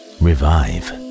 revive